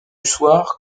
soir